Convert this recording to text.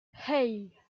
hey